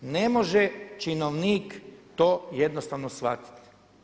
Ne može činovnik to jednostavno shvatiti.